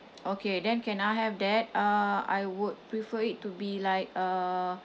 okay then can I have that uh I would prefer it to be like uh